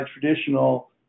traditional